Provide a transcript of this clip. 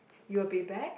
you will be back